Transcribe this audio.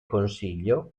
consiglio